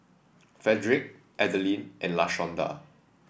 Fredrick Adalyn and Lashonda